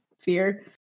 fear